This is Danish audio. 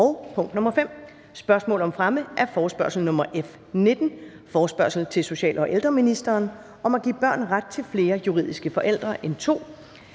5) Spørgsmål om fremme af forespørgsel nr. F 19: Forespørgsel til social- og ældreministeren om at give børn ret til flere juridiske forældre end to.